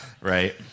Right